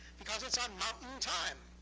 because it's on mountain time.